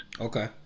okay